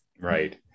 Right